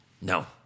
No